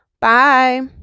Bye